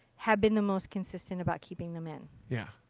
have been the most consistent about keeping them in. yeah.